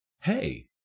Hey